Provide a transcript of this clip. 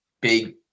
big